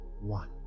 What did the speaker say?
One